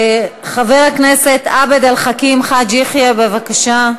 חבר הכנסת עבד אל חכים חאג' יחיא, בבקשה,